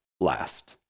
last